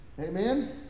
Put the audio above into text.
amen